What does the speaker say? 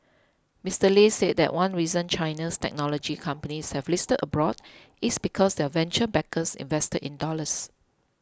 Mister Lei said that one reason China's technology companies have listed abroad is because their venture backers invested in dollars